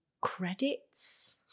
credits